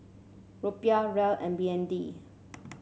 Rupiah Riel and B N D